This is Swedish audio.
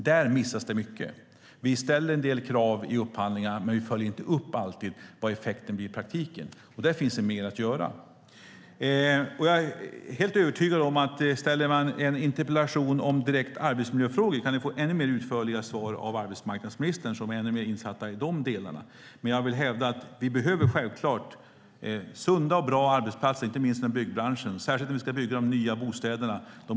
Där missas det mycket. Det ställs en del krav i upphandlingarna, men det följs inte alltid upp vad effekten blir i praktiken. Där finns det mer att göra. Jag är helt övertygad om att om ni ställer en interpellation om direkta arbetsmiljöfrågor kan ni få mer utförliga svar av arbetsmarknadsministern, som är ännu mer insatta i dem. Jag vill hävda att vi självklart behöver sunda och bra arbetsplatser, inte minst inom byggbranschen och särskilt när vi ska bygga de många nya bostäderna.